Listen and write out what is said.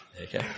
Okay